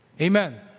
Amen